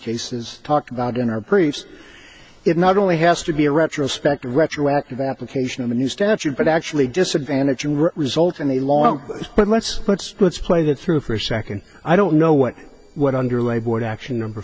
cases talked about in our briefs it not only has to be a retrospective retroactive application of a new statute but actually disadvantage and result in the long but let's let's let's play that through for a second i don't know what what underlay board action number